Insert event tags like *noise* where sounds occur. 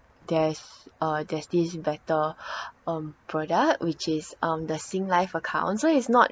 there's uh there's this better *breath* um product which is um the sing life account so it's not